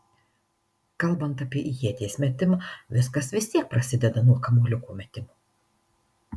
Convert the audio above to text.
kalbant apie ieties metimą viskas vis tiek prasideda nuo kamuoliuko metimo